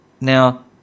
Now